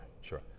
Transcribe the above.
sure